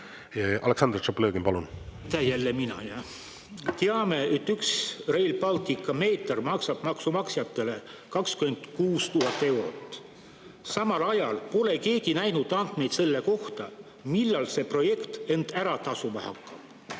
Aleksandr Tšaplõgin, palun! Aitäh! Jälle mina, jah. Teame, et üks Rail Balticu meeter maksab maksumaksjatele 26 000 eurot. Samal ajal pole keegi näinud andmeid selle kohta, millal see projekt end ära tasuma hakkab.